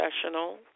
professional